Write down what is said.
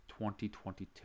2022